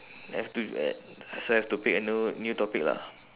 have to so I have to pick a new new topic lah